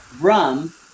rum